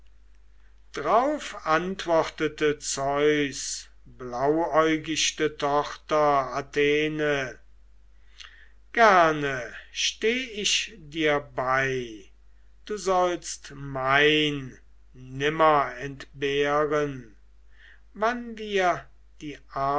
drauf antwortete zeus blauäugichte tochter athene gerne steh ich dir bei du sollst mein nimmer entbehren wann wir die